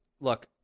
look